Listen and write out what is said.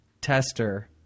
tester